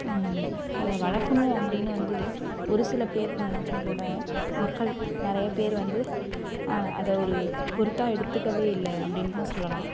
அதை வளர்க்கணும் அப்படின்னு வந்து ஒரு சிலபேர் நினைச்சா கூட மக்கள் நிறைய பேர் வந்து அதை ஒரு பொருட்டாக எடுத்துக்கவே இல்லை அப்படின்னு தான் சொல்லலாம்